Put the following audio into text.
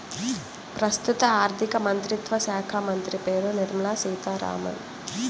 ప్రస్తుత ఆర్థికమంత్రిత్వ శాఖామంత్రి పేరు నిర్మల సీతారామన్